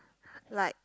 like